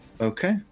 okay